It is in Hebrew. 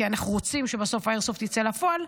כי אנחנו רוצים שבסוף האיירסופט יצא לפועל.